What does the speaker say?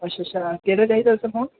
अच्छा अच्छा केह्ड़ा चाहिदा तुसें फोन